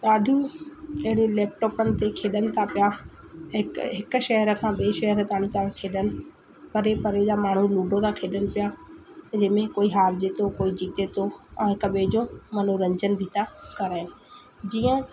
ॾाढियूं अहिड़ियूं लैपटॉपनि ते खेॾनि था पिया हिकु हिकु शहर खां ॿिए शहर ताणी था खेॾनि परे परे जा माण्हू लूडो था खेॾनि पिया जंहिंमें कोई हारिजे थो कोई जीते थो ऐं हिक ॿिए जो मनोरंजन बि था कनि जीअं